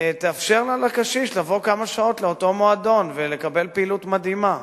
תאפשרנה לקשיש לבוא לכמה שעות לאותו מועדון ולקבל פעילות מדהימה.